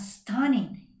stunning